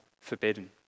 forbidden